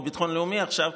או ביטחון לאומי עכשיו,